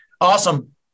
Awesome